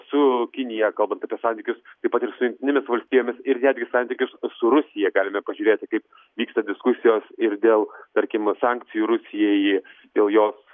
su kinija kalbant apie santykius taip pat ir su jungtinėmis valstijomis ir netgi santykius su rusija galime pažiūrėti kaip vyksta diskusijos ir dėl tarkim sankcijų rusijai jau jos